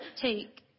Take